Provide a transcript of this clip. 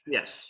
Yes